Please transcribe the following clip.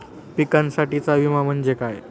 पिकांसाठीचा विमा म्हणजे काय?